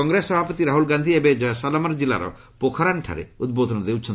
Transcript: କଂଗ୍ରେସ ସଭାପତି ରାହୁଲ୍ ଗାନ୍ଧି ଏବେ ଜୟସସାଲ୍ମର୍ କିଲ୍ଲାର ପୋଖରାନ୍ଠାରେ ଉଦ୍ବୋଧନ ଦେଉଛନ୍ତି